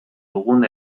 dugun